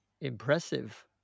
impressive